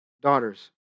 daughters